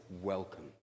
welcome